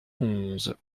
onze